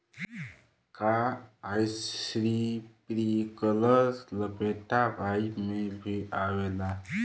का इस्प्रिंकलर लपेटा पाइप में भी आवेला?